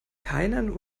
keiner